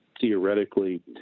theoretically